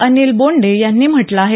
अनिल बोंडे यांनी म्हटलं आहे